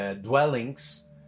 dwellings